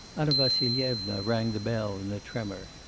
anna vassilyevna rang the bell in a tremor.